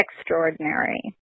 extraordinary